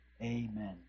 Amen